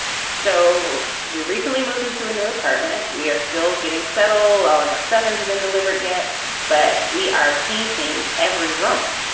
so we recently moved into a new apartment. we are still getting settled all of our cell phones have been delivered yet but we are painting every room.